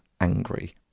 angry